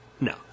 No